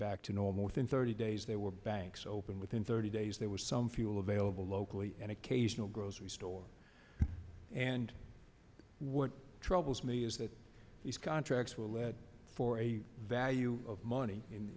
back to normal within thirty days there were banks open within thirty days there was some fuel available locally and occasional grocery store and what troubles me is that these contracts were let for a value of money in